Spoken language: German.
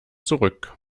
zurück